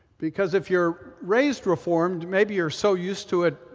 because if you're raised reformed maybe you're so used to it,